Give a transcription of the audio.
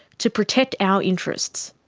to protect our interests.